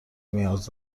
نیاز